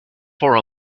for